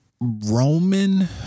Roman